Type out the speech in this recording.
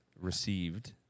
received